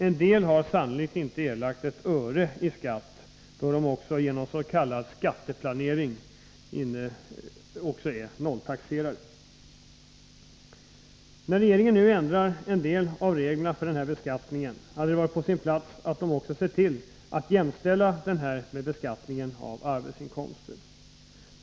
En del har sannolikt inte erlagt ett öre i skatt, då de genom s.k. skatteplanering är nolltaxerare. När regeringen nu ändrar en del av reglerna för denna beskattning hade det varit på sin plats att den också sett till att jämställa denna med beskattningen av arbetsinkomster.